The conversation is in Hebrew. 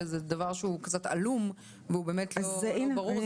שזה דבר שהוא קצת עלום והוא באמת לא ברור.